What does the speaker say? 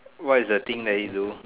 what is the thing that you do